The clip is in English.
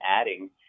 adding